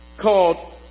called